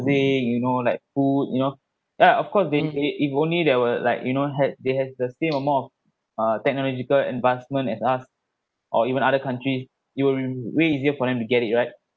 thing you know like who you know yeah of course then it it only that were like you know had they has the same of more uh technological advancement as us or even other countries it will way easier for them to get it right